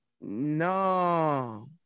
No